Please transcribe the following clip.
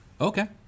Okay